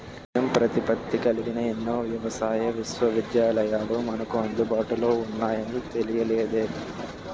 స్వయం ప్రతిపత్తి కలిగిన ఎన్నో వ్యవసాయ విశ్వవిద్యాలయాలు మనకు అందుబాటులో ఉన్నాయని తెలియలేదే